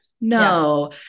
No